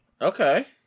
Okay